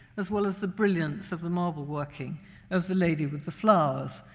as well as the brilliance of the marble working of the lady with the flowers.